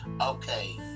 okay